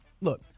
look